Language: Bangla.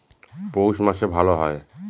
পৌষ মাসে ভালো হয়?